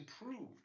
improved